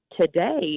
today